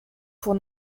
pour